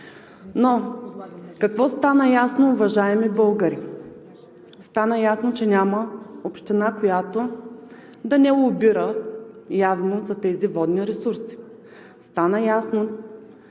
Но какво стана ясно, уважаеми българи?! Стана ясно, че няма община, която да не лобира явно за тези водни ресурси. Стана ясно,